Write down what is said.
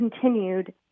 continued